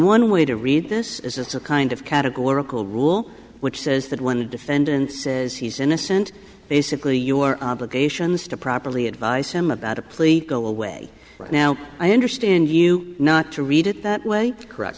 one way to read this is a kind of categorical rule which says that when a defendant says he's innocent basically your obligations to properly advice him about a plea go away right now i understand you not to read it that way correct